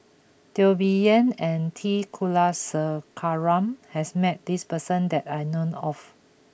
Teo Bee Yen and T Kulasekaram has met this person that I know of